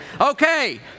Okay